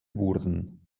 wurden